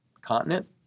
continent